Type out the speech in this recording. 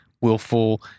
willful